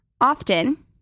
Often